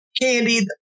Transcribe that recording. candy